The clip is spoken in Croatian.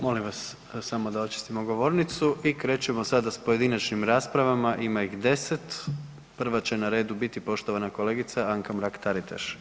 Molim vas samo da očistimo govornicu i krećemo sada s pojedinačnim raspravama, ima ih 10, prva će na redu biti poštovana kolegica Anka Mrak-Taritaš.